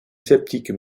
sceptique